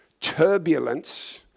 turbulence